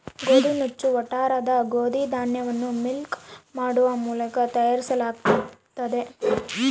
ಗೋದಿನುಚ್ಚು ಒರಟಾದ ಗೋದಿ ಧಾನ್ಯವನ್ನು ಮಿಲ್ ಮಾಡುವ ಮೂಲಕ ತಯಾರಿಸಲಾಗುತ್ತದೆ